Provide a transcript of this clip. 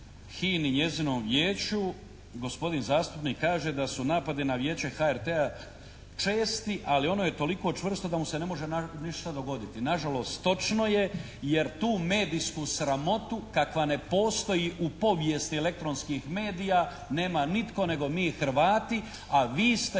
i njezinom Vijeću gospodin zastupnik kaže da su napadi na Vijeće HRT-a česti, ali ono je toliko čvrsto da mu se ne može ništa dogoditi. Nažalost točno je jer tu medijsku sramotu kakva ne postoji u povijesti elektronskih medija nema nitko nego mi Hrvati, a vi ste